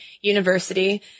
University